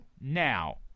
Now